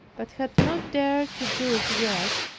but had not dared to do it yet,